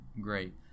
great